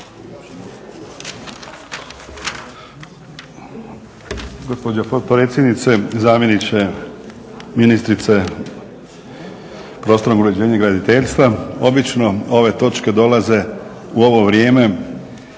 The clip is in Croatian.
Gospođo potpredsjednice, zamjeniče ministrice prostornog uređenja i graditeljstva. Obično ove točke dolaze u ovo vrijeme